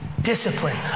discipline